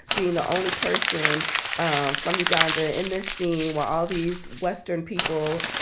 being the only person um from uganda in this scene where all these western people,